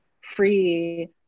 free